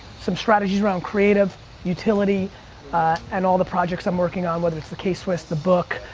some strategies around creative utility and all the projects i'm working on, whether it's the k-swiss, the book,